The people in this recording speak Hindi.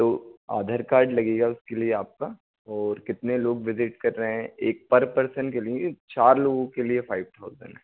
तो आधार कार्ड लगेगा उसके लिए आपका और कितने लोग विज़िट कर रहे हैं एक पर पर्सन के लिए चार लोगों के लिए फ़ाइव थाउज़ेंड है